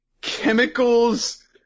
chemicals